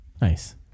nice